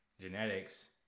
genetics